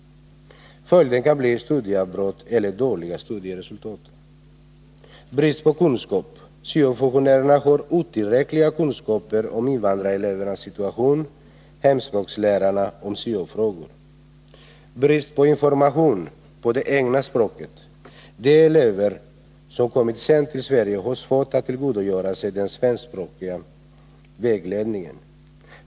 Följden kan bli studieavbrott eller dåliga studieresultat. Det är brist på kunskap. Syo-funktionärerna har otillräckliga kunskaper om invandrarelevernas situation, hemspråkslärarna om syo-frågor. Det är brist på information på det egna språket. De elever som kommit sent till Sverige har svårt att tillgodogöra sig den svenskspråkiga vägledningen.